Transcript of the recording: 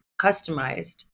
customized